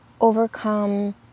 overcome